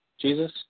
Jesus